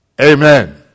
Amen